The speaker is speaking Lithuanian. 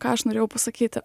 ką aš norėjau pasakyti